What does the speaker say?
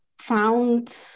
found